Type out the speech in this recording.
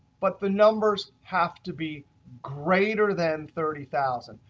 but the numbers have to be greater than thirty thousand